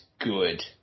good